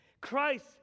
Christ